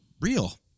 real